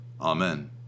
amen